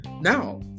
now